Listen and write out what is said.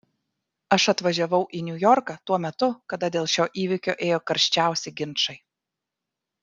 aš atvažiavau į niujorką tuo metu kada dėl šio įvykio ėjo karščiausi ginčai